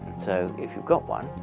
so, if you've got one,